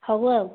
ହଉ ଆଉ